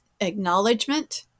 acknowledgement